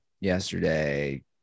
yesterday